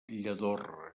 lladorre